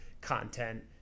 content